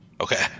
Okay